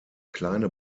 kleine